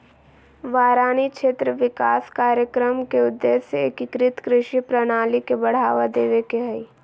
वारानी क्षेत्र विकास कार्यक्रम के उद्देश्य एकीकृत कृषि प्रणाली के बढ़ावा देवे के हई